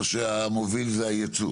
או שהמוביל זה היצוא?